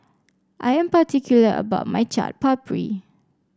I am particular about my Chaat Papri